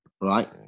right